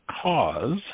cause